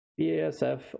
BASF